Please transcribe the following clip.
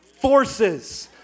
forces